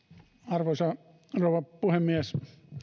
arvoisa rouva puhemies